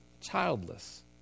childless